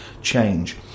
change